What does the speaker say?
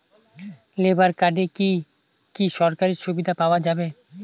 Labour কার্ডে কি কি সরকারি সুবিধা পাওয়া যাবে?